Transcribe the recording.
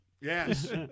Yes